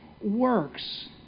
works